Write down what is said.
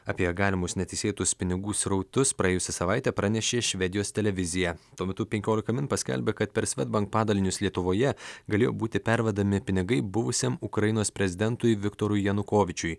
apie galimus neteisėtus pinigų srautus praėjusią savaitę pranešė švedijos televizija tuo metu penkiolika min paskelbė kad per svedbank padalinius lietuvoje galėjo būti pervedami pinigai buvusiam ukrainos prezidentui viktorui janukovyčiui